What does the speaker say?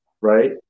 right